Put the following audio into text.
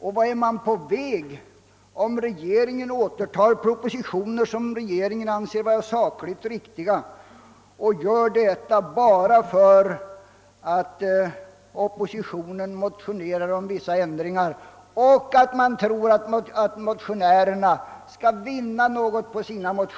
Och vart leder det om regeringen återtar propositioner, som den anser vara sakligt riktiga, bara därför att oppositionen motionerar om vissa ändringar och motionerna anses kunna medföra någon vinst